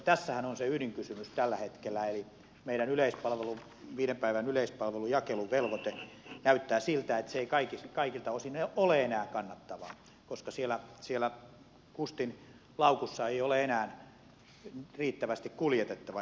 tässähän on se ydinkysymys tällä hetkellä eli meidän viiden päivän yleispalvelun jakeluvelvoite näyttää siltä että se ei kaikilta osin ole enää kannattava koska siellä kustin laukussa ei ole enää riittävästi kuljetettavaa